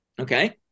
okay